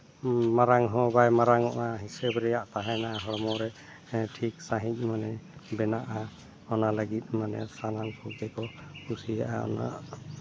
ᱢᱟᱨᱟᱝ ᱦᱚᱸ ᱵᱟᱭ ᱢᱟᱨᱟᱝ ᱚᱜᱼᱟ ᱦᱤᱥᱟᱹᱵ ᱨᱮᱭᱟᱜ ᱛᱟᱦᱮᱱᱟ ᱦᱚᱲᱢᱚ ᱨᱮ ᱴᱷᱤᱠ ᱥᱟᱺᱦᱤᱡ ᱢᱟᱱᱮ ᱵᱮᱱᱟᱜᱼᱟ ᱚᱱᱟ ᱞᱟᱹᱜᱤᱫ ᱢᱟᱱᱮ ᱥᱟᱱᱟᱢ ᱠᱚᱜᱮ ᱠᱚ ᱠᱩᱥᱤᱭᱟᱜᱼᱟ ᱩᱱᱟᱹᱜ